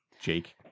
Jake